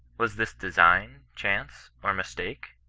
was this design, chance or mistajke?